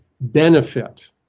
benefit